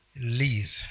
lease